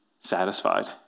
satisfied